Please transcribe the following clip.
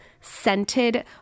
scented